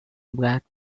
black